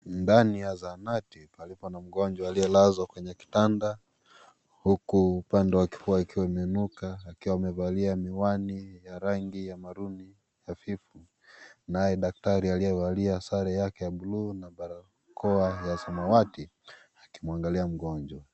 Ndani ya zahanati palipo na mgonjwa aliyelazwa kwenye kitanda, huku upande wa kifua ukiwa umeinuka. Akiwa amevalia miwani ya rangi ya maroon hafifu. Naye, daktari aliyevalia sare yake ya buluu na barakoa ya samawati akimwangalia mgonjwa.